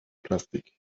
plastik